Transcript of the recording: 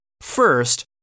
First